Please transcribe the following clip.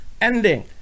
ending